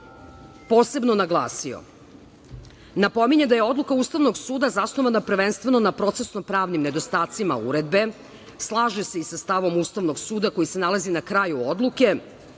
posebno naglasio. Napominje da je odluka Ustavnog suda zasnovana prvenstveno na procesno-pravnim nedostacima uredbe, slaže se i sa stavom Ustavnog suda koji se nalazi na kraju odluke,